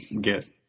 get